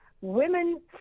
women